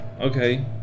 Okay